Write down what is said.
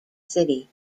city